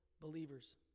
believers